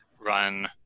run